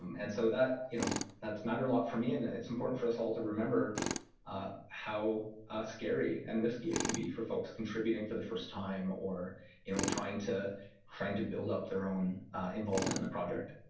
and so you know that's mattered a lot for me. and it's important for us all to remember how scary and risky it can be for folks contributing for the first time or you know trying to trying to build up their own involvement in the project.